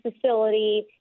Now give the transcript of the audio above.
facility